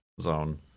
zone